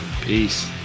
Peace